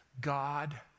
God